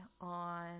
on